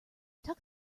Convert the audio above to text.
tuck